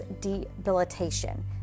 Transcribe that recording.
debilitation